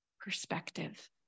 perspective